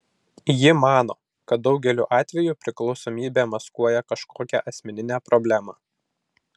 ji mano kad daugeliu atveju priklausomybė maskuoja kažkokią asmeninę problemą